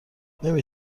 نمی